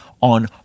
on